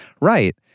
right